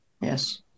yes